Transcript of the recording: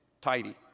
tidy